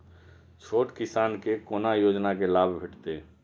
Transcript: छोट किसान के कोना योजना के लाभ भेटते?